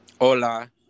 Hola